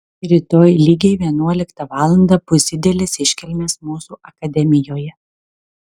rytoj lygiai vienuoliktą valandą bus didelės iškilmės mūsų akademijoje